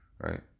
Right